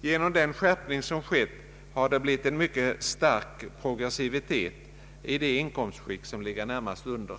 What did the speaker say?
Genom den skärpning som skett har det blivit en mycket stark progressivitet i det inkomstskikt som ligger närmast under.